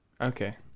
Okay